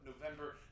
November